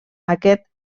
aquest